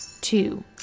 two